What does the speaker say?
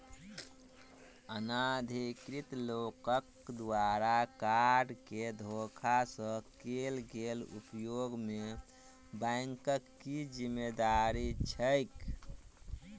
अनाधिकृत लोकक द्वारा कार्ड केँ धोखा सँ कैल गेल उपयोग मे बैंकक की जिम्मेवारी छैक?